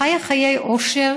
חיה חיי עושר,